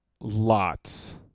Lots